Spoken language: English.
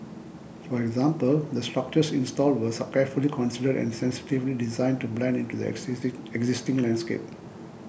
for example the structures installed were carefully considered and sensitively designed to blend into the exist existing landscape